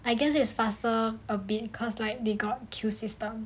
I guess it's faster a bit because like they got queue system